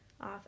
off